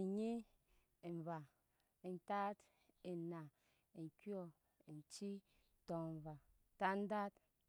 Enyi, eva, etat, ena, ekyɔ, ecii, tcmva, dont,